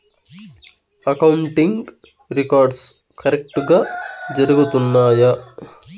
accounting records కరెక్టుగా జరుగుతున్నాయా